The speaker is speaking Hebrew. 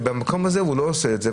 במקום הזה הוא לא עושה את זה,